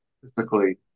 physically